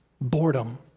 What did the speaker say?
boredom